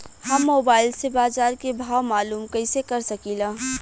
हम मोबाइल से बाजार के भाव मालूम कइसे कर सकीला?